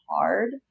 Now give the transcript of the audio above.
hard